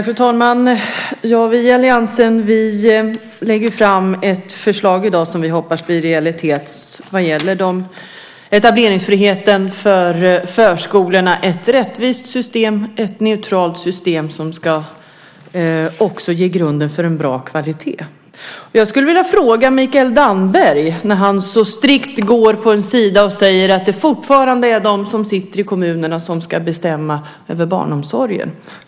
Fru talman! Vi i alliansen lägger fram ett förslag i dag som vi hoppas blir realitet vad gäller etableringsfriheten för förskolorna - ett rättvist och neutralt system som också ska ge grunden för en bra kvalitet. Jag skulle vilja ställa en fråga till Mikael Damberg, när han så strikt går på en sida och säger att det fortfarande är de som sitter i kommunerna som ska bestämma över barnomsorgen.